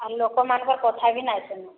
ଲୋକମାନଙ୍କର କଥା ବି ନାଇଁ ଶୁନମା